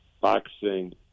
boxing